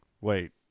wait